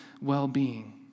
well-being